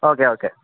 okay okay